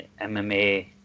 MMA